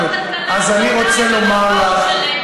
מסיבות פוליטיות.